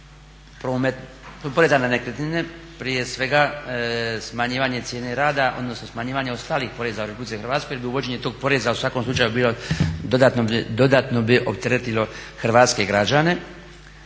poreza na nekretnine prije svega smanjivanje cijene rada, odnosno smanjivanje ostalih poreza u RH jer bi uvođenje tog poreza u svakom slučaju bilo dodatno bi opteretilo hrvatske građane.